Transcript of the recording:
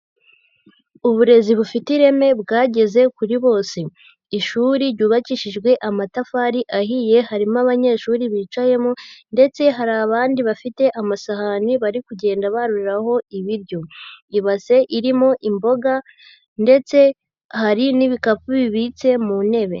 Uburezi bufite ireme bwageze kuri bose. Ishuri ryubakishijwe amatafari ahiye, harimo abanyeshuri bicayemo, ndetse hari abandi bafite amasahani bari kugenda baruriraho ibiryo. Ibase irimo imboga, ndetse hari n'ibikapu bibitse mu ntebe.